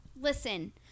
Listen